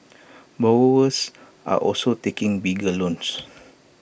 borrowers are also taking bigger loans